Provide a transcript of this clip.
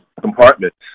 compartments